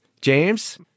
James